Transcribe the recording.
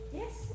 yes